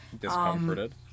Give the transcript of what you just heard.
Discomforted